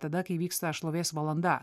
tada kai vyksta šlovės valanda